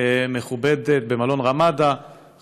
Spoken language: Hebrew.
תודה לחבר הכנסת מיקי לוי.